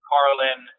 Carlin